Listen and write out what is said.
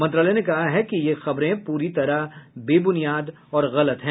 मंत्रालय ने कहा कि ये खबरें पूरी तरह बेबुनियाद और गलत हैं